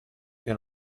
che